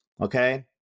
Okay